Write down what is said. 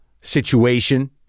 situation